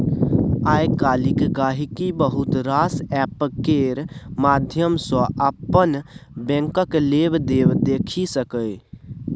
आइ काल्हि गांहिकी बहुत रास एप्प केर माध्यम सँ अपन बैंकक लेबदेब देखि सकैए